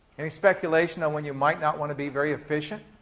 any speculation on when you might not want to be very efficient?